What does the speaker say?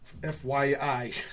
FYI